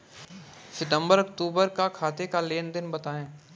सितंबर अक्तूबर का खाते का लेनदेन बताएं